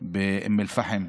באום אל-פחם,